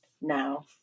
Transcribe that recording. now